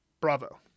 Bravo